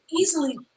easily